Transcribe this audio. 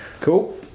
cool